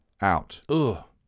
out